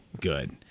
good